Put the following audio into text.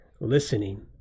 listening